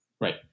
Right